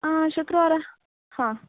ಆ ಶುಕ್ರವಾರ ಹಾಂ